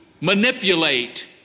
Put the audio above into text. manipulate